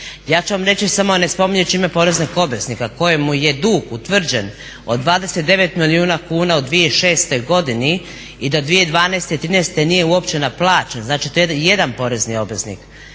ja ću vam samo reći ne spominjujući ime poreznog obveznika kojemu je dug utvrđen od 29 milijuna kuna od 2006.godini i do 2012., 2013.nije uopće naplaćen, znači to je jedan porezni obveznik.